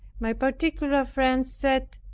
my particular friends said,